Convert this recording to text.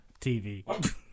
TV